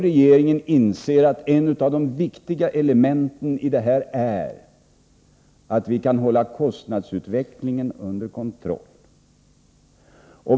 Regeringen inser att ett av de viktiga elementen i detta sammanhang är att vi kan hålla kostnadsutvecklingen under kontroll.